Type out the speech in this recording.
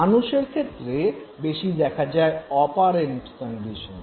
মানুষের ক্ষেত্রে বেশি দেখা যায় অপারেন্ট কন্ডিশনিং